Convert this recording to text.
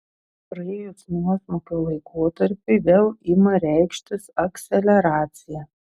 praėjus nuosmukio laikotarpiui vėl ima reikštis akceleracija